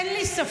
אין לי ספק,